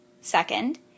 Second